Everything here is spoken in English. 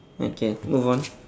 okay move on